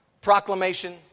proclamation